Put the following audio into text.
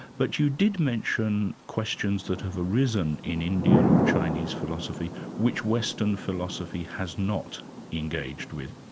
but you did mention questions that have arisen in indian or chinese philosophy which western philosophy has not engaged with.